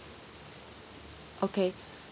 okay